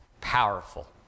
powerful